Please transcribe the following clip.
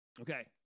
Okay